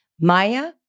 Maya